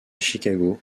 chicago